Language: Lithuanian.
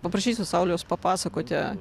paprašysiu sauliaus papasakoti